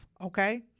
Okay